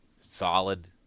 solid